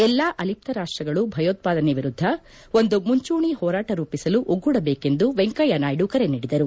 ಎಲ್ಲಾ ಅಲಿಪ್ತ ರಾಷ್ಟಗಳು ಭಯೋತ್ಪಾದನೆ ವಿರುದ್ಧ ಒಂದು ಮುಂಚೂಣಿ ಹೋರಾಟ ರೂಪಿಸಲು ಒಗ್ಗೂಡಬೇಕೆಂದು ವೆಂಕಯ್ಯ ನಾಯ್ಡು ಕರೆ ನೀಡಿದರು